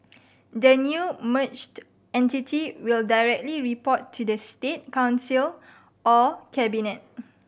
the new merged entity will directly report to the State Council or cabinet